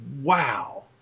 wow